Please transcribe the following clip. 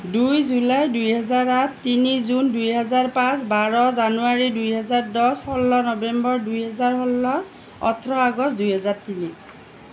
দুই জুলাই দুইহেজাৰ আঠ তিনি জুন দুইহাজাৰ পাঁচ বাৰ জানুৱাৰী দুইহেজাৰ দহ ষোল্ল নৱেম্বৰ দুইহেজাৰ ষোল্ল ওঠৰ আগষ্ট দুইহাজাৰ তিনি